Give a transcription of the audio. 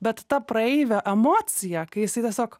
bet ta praeivio emocija kai jisai tiesiog